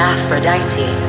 Aphrodite